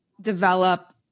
develop